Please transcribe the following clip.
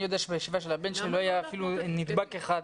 אני יודע שבישיבה של הבן שלי לא היה אפילו נדבק אחד.